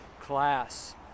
class